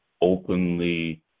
openly